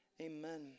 Amen